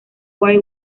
wide